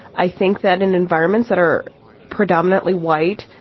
i think that in environments that are predominantly white,